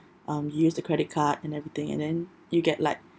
um you use the credit card and everything and then you get like